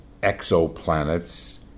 exoplanets